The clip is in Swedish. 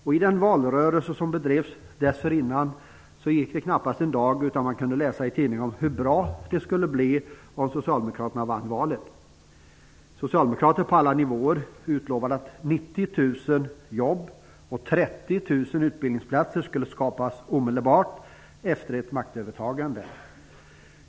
I den valrörelse som bedrevs dessförinnan gick det knappast en dag utan att man kunde läsa i tidningarna om hur bra det skulle bli om Socialdemokraterna vann valet. Socialdemokrater på alla nivåer utlovade att 90 000 jobb och 30 000 utbildningsplatser skulle skapas omedelbart efter ett maktövertagande.